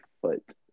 foot